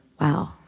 Wow